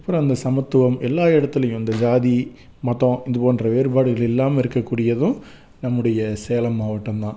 அப்புறம் அந்த சமத்துவம் எல்லா இடத்துலையும் இந்த ஜாதி மதம் இது போன்ற வேறுபாடுகள் இல்லாம இருக்க கூடியதும் நம்முடைய சேலம் மாவட்டம் தான்